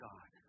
God